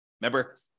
Remember